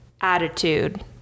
attitude